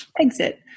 exit